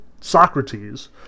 Socrates